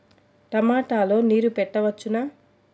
టమాట లో నీరు పెట్టవచ్చునా?